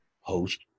host